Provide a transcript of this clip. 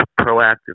proactive